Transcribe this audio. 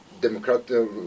democratic